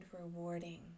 rewarding